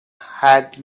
had